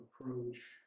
approach